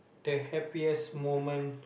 the happiest moment